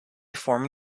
formed